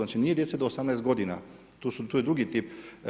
Znači nije djece do 18 godina, tu je drugi tip.